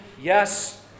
yes